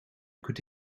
could